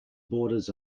borders